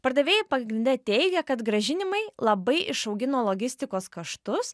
pardavėjai pagrinde teigia kad grąžinimai labai išaugino logistikos kaštus